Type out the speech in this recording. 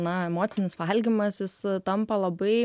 na emocinis valgymas jis tampa labai